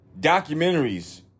documentaries